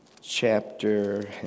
chapter